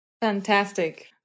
fantastic